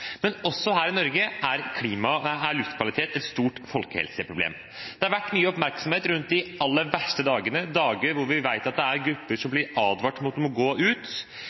Men også her i Norge er luftkvalitet et stort folkehelseproblem. Det har vært mye oppmerksomhet rundt de aller verste dagene, dager hvor vi vet at det er grupper som blir advart mot å gå ut,